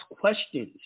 questions